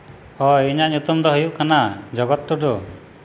ᱦᱳᱭ ᱤᱧᱟᱹᱜ ᱧᱩᱛᱩᱢ ᱫᱚ ᱦᱩᱭᱩᱜ ᱠᱟᱱᱟ ᱡᱚᱜᱚᱛ ᱴᱩᱰᱩ